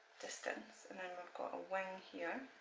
distance and then we've got a wing here